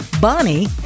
Bonnie